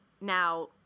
now